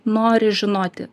nori žinoti